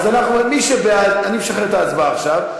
אז אני משחרר את ההצבעה עכשיו.